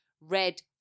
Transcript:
red